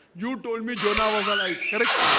you told me jonah was alive, correct?